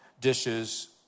dishes